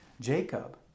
Jacob